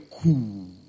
cool